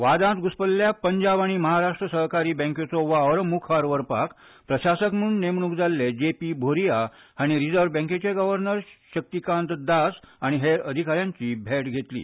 वादांत घुस्पल्ल्या पंजाब आनी महाराष्ट्र सहकारी बँकेचो वावर मुखार व्हरपाक प्रशासक म्हणून नेमणूक जाल्ले जेपी भोरिया हांणी रिजर्व्ह बँकेचे गर्वनर शक्तीकांत दास आनी हेर अधिकाऱ्यांची भेट घेतली